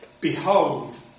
Behold